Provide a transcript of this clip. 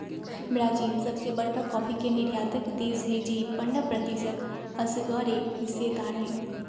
Brazil सबसे बरका coffee के निर्यातक देश हई जे पंडह प्रतिशत असगरेहिस्सेदार हई